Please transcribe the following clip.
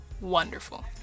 wonderful